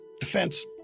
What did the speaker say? defense